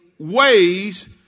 ways